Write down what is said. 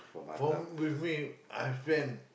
form with me I friend